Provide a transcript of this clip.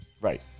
Right